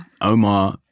Omar